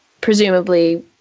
presumably